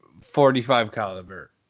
45-caliber